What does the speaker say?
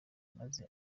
maze